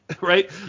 right